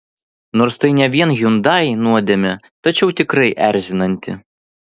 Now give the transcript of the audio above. nors tai ne vien hyundai nuodėmė tačiau tikrai erzinanti